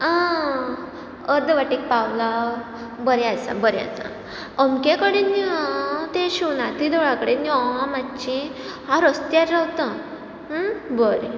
आ अर्द्य वाटेक पावला बरें आसा बरें आसा अमके कडेन यो हा ते शिवनाथी देवळा कडेन यो हा मातशी हांव रस्त्यार रावता बरें